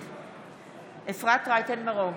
נגד אפרת רייטן מרום,